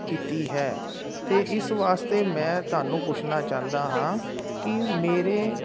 ਕੀਤੀ ਹੈ ਅਤੇ ਇਸ ਵਾਸਤੇ ਮੈਂ ਤੁਹਾਨੂੰ ਪੁੱਛਣਾ ਚਾਹੁੰਦਾ ਹਾਂ ਕਿ ਮੇਰੇ